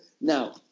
Now